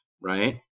right